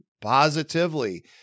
positively